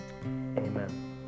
amen